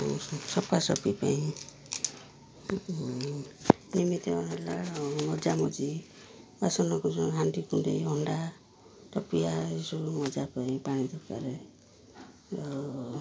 ସଫାସୁଫି ପାଇଁ ନିମିତ୍ତ ହେଲା ମଜାମଜି ବାସନକୁ ହାଣ୍ଡି କୁଣ୍ଡେଇ ହଣ୍ଡା ଟପିଆ ଏସବୁ ମଜା ପାଇଁ ପାଣି ଦରକାର ଆଉ